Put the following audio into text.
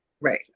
right